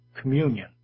Communion